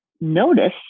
notice